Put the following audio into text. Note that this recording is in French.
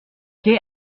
quai